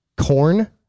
corn